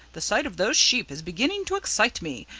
the sight of those sheep is beginning to excite me,